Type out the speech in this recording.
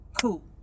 cool